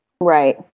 Right